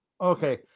Okay